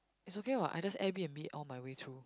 it's okay what I just air-b_n_b all my way through